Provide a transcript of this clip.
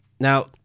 Now